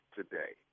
today